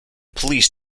police